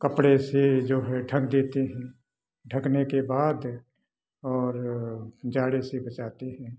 कपड़े से जो है ढक देते हैं ढकने के बाद और जाड़े से बचाते हैं